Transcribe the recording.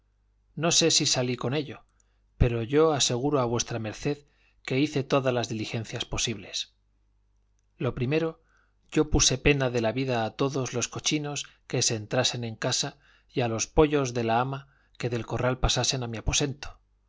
no sé si salí con ello pero yo aseguro a v md que hice todas las diligencias posibles lo primero yo puse pena de la vida a todos los cochinos que se entrasen en casa y a los pollos de la ama que del corral pasasen a mi aposento